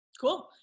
Cool